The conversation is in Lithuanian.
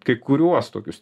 kai kuriuos tokius